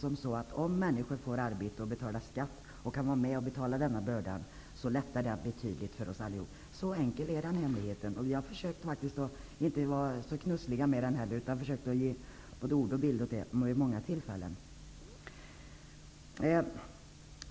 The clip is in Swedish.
Om människor får arbete och betalar skatt, kan de vara med och dela bördan. Då lättar situationen betydligt för oss allihop. Så enkelt är det med den hemligheten. Vi har försökt att inte knussla med denna hemlighet, utan vi har vid många tillfällen försökt att ge både ord och bild åt den.